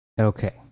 okay